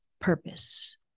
purpose